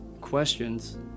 questions